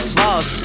boss